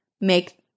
make